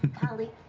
cali,